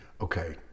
okay